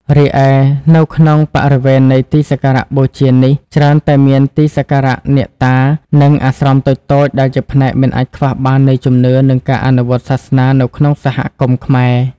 រីឯ នៅក្នុងបរិវេណនៃទីសក្ការៈបូជានេះ ច្រើនតែមានទីសក្ការៈអ្នកតា និងអាស្រមតូចៗដែលជាផ្នែកមិនអាចខ្វះបាននៃជំនឿ និងការអនុវត្តសាសនានៅក្នុងសហគមន៍ខ្មែរ។